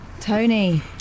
Tony